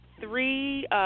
three